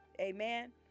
amen